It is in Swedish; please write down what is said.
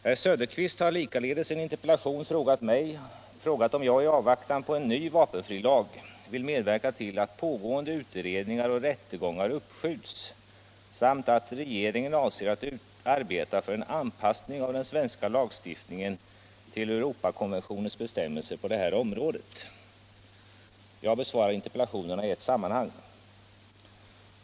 Herr Söderqvist har likaledes i en interpellation frågat om jag i avvaktan på en ny vapenfrilag vill medverka till att pågående utredningar och rättegångar uppskjuts samt om regeringen avser att arbeta för en anpassning av den svenska lagstiftningen till Europakonventionens bestämmelser på det här området. Jag besvarar interpellationerna i ett sammanhang.